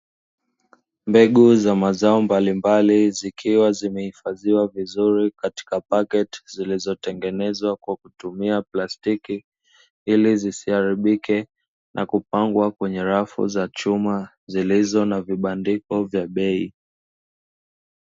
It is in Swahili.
Mbegu za mazao mbalimbali zikiwa zimehifadhiwa vizuri katika pakti zilizotengenezwa kwa kutumia plastiki ili zisiharibike, na kupangwa kwenye rafu za chuma zilizo na vibandiko vya bei.